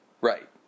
Right